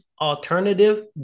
Alternative